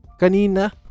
kanina